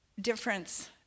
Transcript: difference